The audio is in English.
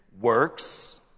works